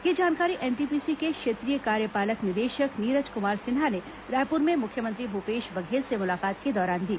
यह जानकारी एनटीपीसी के क्षेत्रीय कार्यपालक निदेशक नीरज कुमार सिन्हा ने रायपुर में मुख्यमंत्री भूपेश बघेल से मुलाकात के दौरान दी